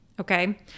Okay